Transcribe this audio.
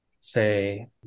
say